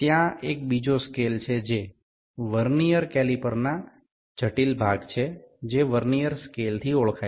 আরও একটি স্কেল রয়েছে যা এই ভার্নিয়ার ক্যালিপারের একটি জটিল উপাদান যা ভার্নিয়ার স্কেল নামে পরিচিত